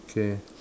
okay